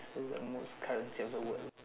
who's the most current state of the world